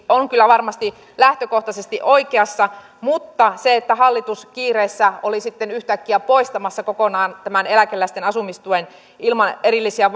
on kyllä varmasti lähtökohtaisesti oikeassa mutta se että hallitus kiireessä oli sitten yhtäkkiä poistamassa kokonaan tämän eläkeläisten asumistuen ilman erillisiä